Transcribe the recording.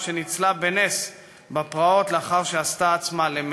שניצלה בנס בפרעות לאחר שעשתה עצמה מתה.